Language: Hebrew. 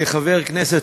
כחבר כנסת,